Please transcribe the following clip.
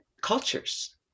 cultures